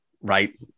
right